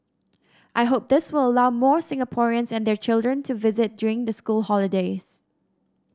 I hope this will allow more Singaporeans and their children to visit during the school holidays